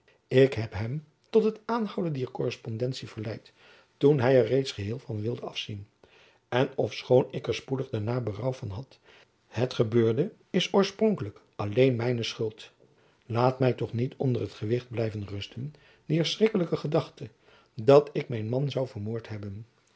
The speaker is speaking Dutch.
ik heb hem tot het aanhouden dier korrespondentie verleid toen hy er reeds geheel van wilde afzien en ofschoon ik er spoedig daarna berouw van hadt het gebeurde is oorspronkelijk alleen mijne schuld laat my toch niet onder het gewicht blijven rusten dier schrikkelijke gedachte dat ik mijn man zoû vermoord hebben